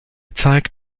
zeigt